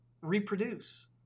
reproduce